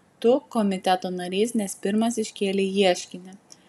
tu komiteto narys nes pirmas iškėlei ieškinį